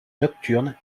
nocturne